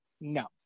No